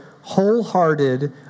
wholehearted